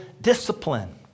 discipline